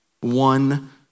One